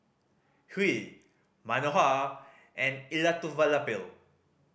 Hri Manohar and Elattuvalapil